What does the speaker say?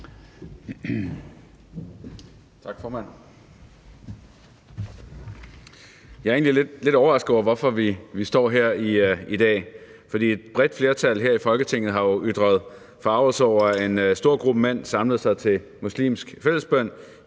Tak, formand. Jeg er egentlig lidt overrasket over, hvorfor vi står her i dag, for et bredt flertal her i Folketinget har jo ytret forargelse over, at en stor gruppe mænd samlede sig til muslimsk fællesbøn